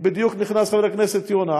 בדיוק נכנס חבר הכנסת יונה,